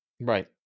right